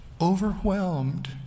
overwhelmed